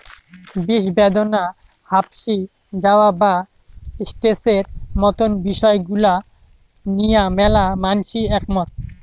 বিষব্যাদনা, হাপশি যাওয়া বা স্ট্রেসের মতন বিষয় গুলা নিয়া ম্যালা মানষি একমত